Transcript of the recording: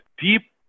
deep